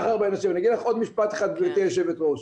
אני אגיד לך עוד משפט אחד, גבירתי היושבת-ראש.